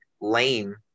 lame